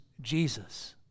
Jesus